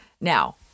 Now